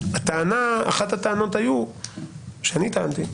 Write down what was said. אחת הטענות שאני טענתי,